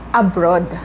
abroad